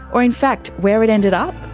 or in fact. where it ended up?